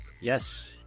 yes